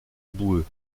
boueux